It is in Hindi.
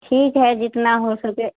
ठीक है जितना हो सके